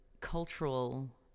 cultural